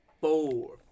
Four